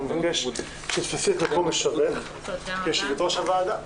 אני מבקש שתתפסי את מקום מושבך כיושבת-ראש הוועדה.